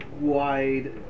wide